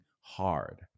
hard